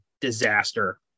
disaster